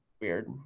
weird